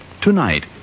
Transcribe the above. Tonight